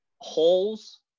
holes